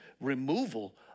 removal